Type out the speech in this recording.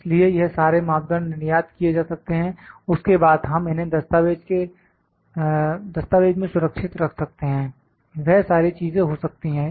इसलिए यह सारे मापदंड निर्यात किए जा सकते हैं उसके बाद हम इन्हें दस्तावेज में सुरक्षित रख सकते हैं वह सारी चीजें हो सकती हैं